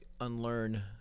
unlearn